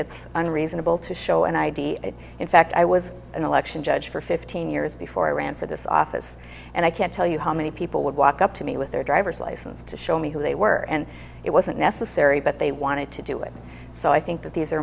it's unreasonable to show an id in fact i was an election judge for fifteen years before i ran for this office and i can't tell you how many people would walk up to me with their driver's license to show me who they were and it wasn't necessary but they wanted to do it so i think that these are